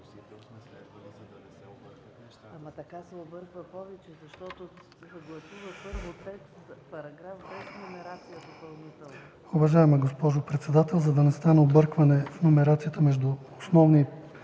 Уважаема госпожо председател, за да не стане объркване на номерацията между основния и